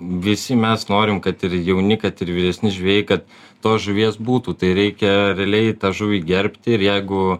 visi mes norim kad ir jauni kad ir vyresni žvejai kad tos žuvies būtų tai reikia realiai tą žuvį gerbti ir jeigu